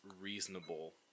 reasonable